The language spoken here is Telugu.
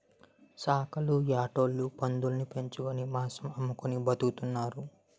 సాకల్లు యాటోలు పందులుని పెంచుకొని మాంసం అమ్ముకొని బతుకుతున్నారు